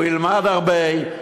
הוא ילמד הרבה,